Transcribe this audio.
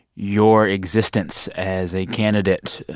your existence as a candidate